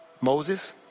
Moses